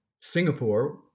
Singapore